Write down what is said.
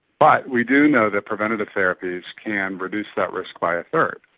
but we do know that preventative therapies can reduce that risk by a third.